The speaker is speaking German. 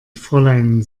fräulein